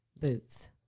boots